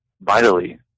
vitally